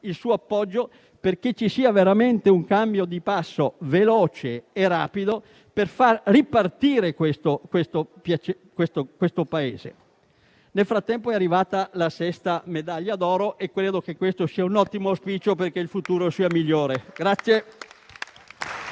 il suo appoggio perché ci sia veramente un cambio di passo veloce e rapido per far ripartire il Paese. Nel frattempo è arrivata la sesta medaglia d'oro e credo che questo sia un ottimo auspicio perché il futuro sia migliore.